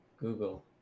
google